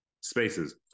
spaces